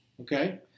Okay